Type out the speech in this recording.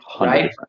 right